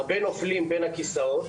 הרבה נופלים בין הכיסאות,